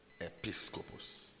episcopus